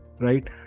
right